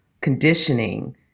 conditioning